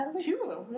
Two